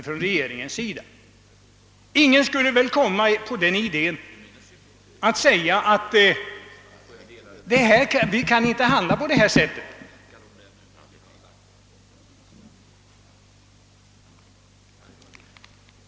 Knappast skulle någon komma på idén att använda en sådan fond på samma sätt som bilskattefonden.